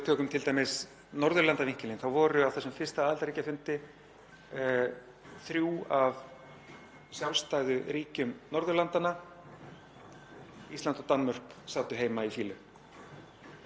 Ísland og Danmörk sátu heima í fýlu og hefðu betur mætt. Annar aðildarríkjafundurinn var síðan haldinn í New York rétt fyrir jól. Þar